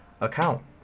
account